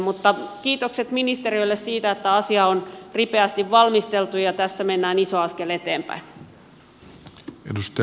mutta kiitokset ministeriölle siitä että asia on ripeästi valmisteltu ja tässä mennään iso askel eteenpäin